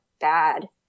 bad